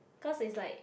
cause is like